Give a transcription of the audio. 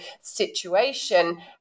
situation